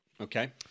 Okay